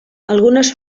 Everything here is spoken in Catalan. algunes